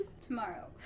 Tomorrow